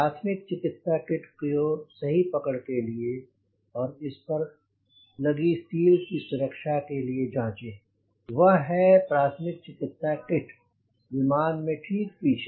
प्राथमिक चिकित्सा किट को सही पकड़ के लिए और इस पर लगी सील की सुरक्षा के लिए जांचें वह है प्राथमिक चिकित्सा किट विमान में ठीक पीछे